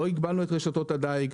לא הגבלנו את רשתות הדיג,